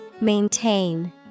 Maintain